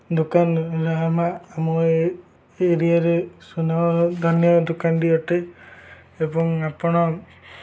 ଦୋକାନ ରାହମା ଆମ ଏ ଏରିଆରେ ସୁନାମଧନ୍ୟ ଦୋକାନଟି ଅଟେ ଏବଂ ଆପଣ